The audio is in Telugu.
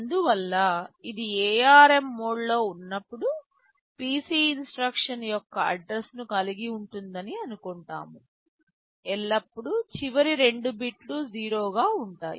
అందువల్ల ఇది ARM మోడ్లో ఉన్నప్పుడు PC ఇన్స్ట్రక్షన్ యొక్క అడ్రస్ ను కలిగి ఉంటుందని అనుకుంటాము ఎల్లప్పుడూ చివరి 2 బిట్లు 0 గా ఉంటాయి